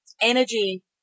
energy